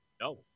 No